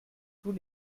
tous